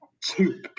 two